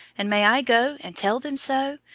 and may i go and tell them so?